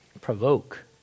Provoke